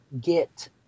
get